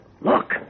Look